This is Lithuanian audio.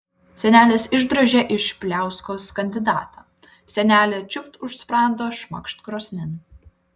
senelis išdrožė iš pliauskos kandidatą senelė čiūpt už sprando šmakšt krosnin